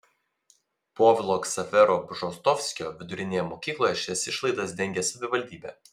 povilo ksavero bžostovskio vidurinėje mokykloje šias išlaidas dengia savivaldybė